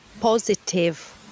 positive